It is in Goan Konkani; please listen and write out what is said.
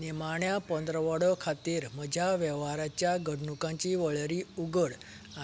निमाण्या पंदरवडो खातीर म्हज्या वेव्हाराच्या घडणुकांची वळेरी उगड